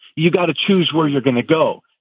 you've got to choose where you're going to go.